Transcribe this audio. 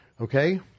Okay